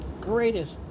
Greatest